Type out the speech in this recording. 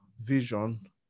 vision